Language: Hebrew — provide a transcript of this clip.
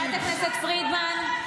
חברת הכנסת פרידמן.